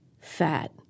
fat